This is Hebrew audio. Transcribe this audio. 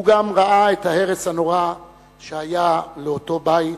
הוא גם ראה את ההרס הנורא של אותו בית,